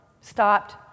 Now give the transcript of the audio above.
stopped